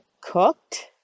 cooked